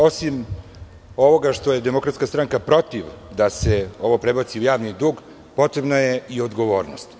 Osim ovoga što je DS protiv da se ovo prebaci u javni dug, potrebna je i odgovornost.